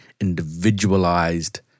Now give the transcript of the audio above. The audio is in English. individualized